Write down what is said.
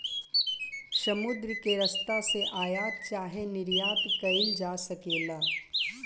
समुद्र के रस्ता से आयात चाहे निर्यात कईल जा सकेला